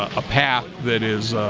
a path that is